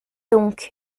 donc